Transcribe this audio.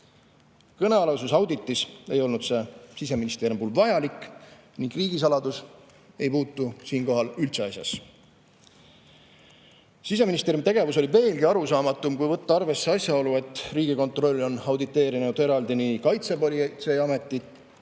Kõnealuses auditis ei olnud see Siseministeeriumi puhul vajalik ning riigisaladus ei puutu siinkohal üldse asjasse. Siseministeeriumi tegevus oli veelgi arusaamatum, kui võtta arvesse asjaolu, et Riigikontroll on auditeerinud eraldi nii Kaitsepolitseiametit